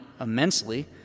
immensely